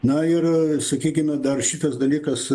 na ir sakykime dar šitas dalykas